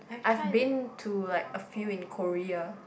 I've been to like a few in Korea